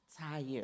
tired